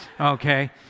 okay